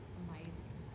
amazing